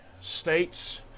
states